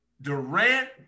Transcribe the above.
Durant